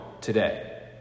today